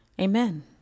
Amen